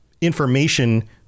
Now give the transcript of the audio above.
Information